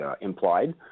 implied